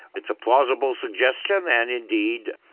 it's a plausible suggestion and indeed,